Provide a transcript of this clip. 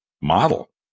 model